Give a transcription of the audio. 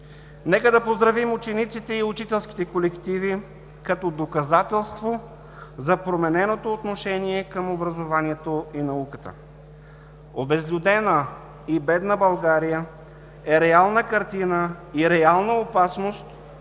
Нека да поздравим учениците и учителските колективи като доказателство за промененото отношение към образованието и науката. Обезлюдена и бедна България е реална картина и реална опасност,